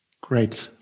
Great